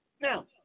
Now